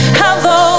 hello